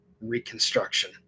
reconstruction